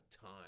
time